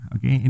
Okay